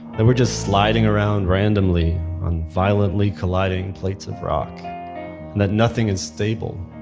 that we're just sliding around randomly on violently colliding plates of rock, and that nothing is stable,